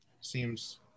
seems